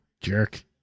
jerk